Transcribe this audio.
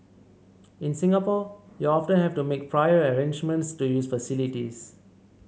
in Singapore you often have to make prior arrangements to use facilities